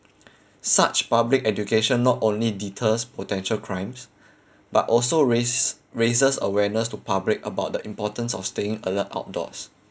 such public education not only deters potential crimes but also raise raises awareness to public about the importance of staying alert outdoors